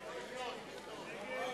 תודה.